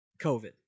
COVID